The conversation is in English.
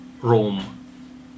Rome